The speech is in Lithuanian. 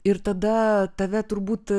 ir tada tave turbūt